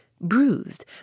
bruised